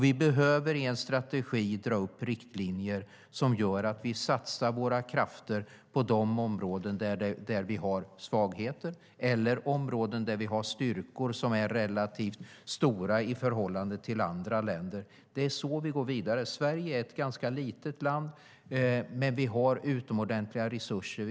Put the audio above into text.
Vi behöver i en strategi dra upp riktlinjer som gör att vi satsar våra krafter på de områden där vi har svagheter eller där vi har styrkor som är relativt stora i förhållande till andra länder. Det är så vi går vidare. Sverige är ett ganska litet land, men vi har utomordentliga resurser.